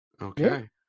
Okay